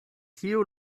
tiu